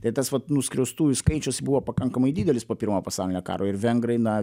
tai tas vat nuskriaustųjų skaičius buvo pakankamai didelis po pirmo pasaulinio karo ir vengrai na